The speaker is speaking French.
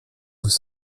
vous